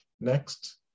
next